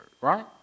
right